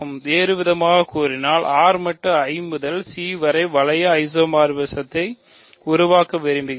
வேறுவிதமாகக் கூறினால் R மட்டு I முதல் Cவரை வளைய ஐசோமார்பிஸத்தை உருவாக்க விரும்புகிறேன்